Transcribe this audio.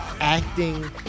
acting